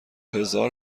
هزار